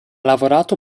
lavorato